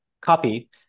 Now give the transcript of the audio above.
copy